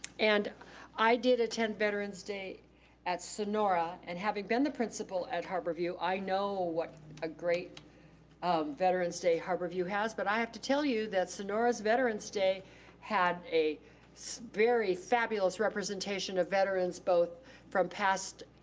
and i did attend veterans day at sonora. and having been the principal at harbor view, i know what a great veterans day harbor view has, but i have to tell you that sonora's veterans day had a so very fabulous representation of veterans, both from past